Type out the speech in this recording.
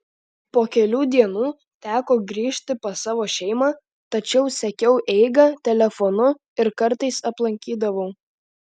po kelių dienų teko grįžti pas savo šeimą tačiau sekiau eigą telefonu ir kartais aplankydavau